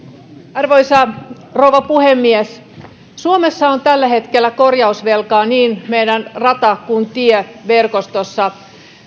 arvoisa rouva puhemies suomessa on tällä hetkellä korjausvelkaa niin meidän rata kuin tieverkostossa